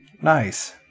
Nice